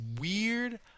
weird